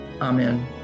Amen